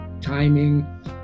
timing